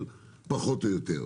אבל פחות או יותר.